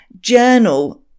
Journal